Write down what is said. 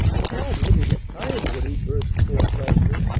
a god wouldn't get tired, would he? burst forth leslie,